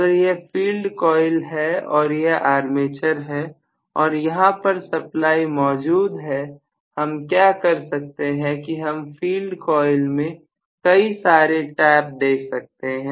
अगर यह field coil है और यह आर्मेचर है और यहां पर सप्लाई मौजूद है हम क्या कर सकते हैं कि हम फील्ड कॉइल में कई सारे टैप दे सकते हैं